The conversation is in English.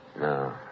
No